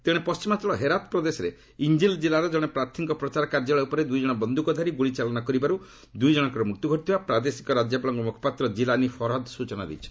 ତେଣେ ପଣ୍ଟିମାଞ୍ଚଳ ହେରାତ୍ ପ୍ରଦେଶରେ ଇଞ୍ଜିଲ୍ ଜିଲ୍ଲାର ଜଣେ ପ୍ରାର୍ଥୀଙ୍କ ପ୍ରଚାର କାର୍ଯ୍ୟାଳୟ ଉପରେ ଦୁଇ ଜଣ ବନ୍ଧୁକଧାରୀ ଗୁଳି ଚାଳନା କରିବାରୁ ଦୁଇ ଜଣଙ୍କର ମୃତ୍ୟୁ ଘଟିଥିବା ପ୍ରାଦେଶିକ ରାଜ୍ୟପାଳଙ୍କ ମୁଖପାତ୍ର ଜିଲାନୀ ଫର୍ହଦ୍ ସ୍ଚନା ଦେଇଛନ୍ତି